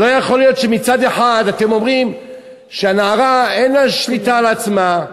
לא יכול להיות שמצד אחד אתם אומרים שהנערה אין לה שליטה על עצמה,